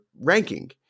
ranking